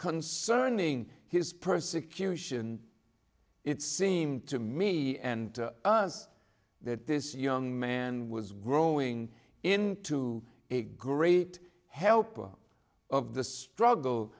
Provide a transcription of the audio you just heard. concerning his persecution it seemed to me and us that this young man was growing into a great helper of the struggle